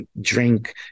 drink